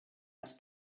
les